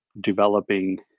developing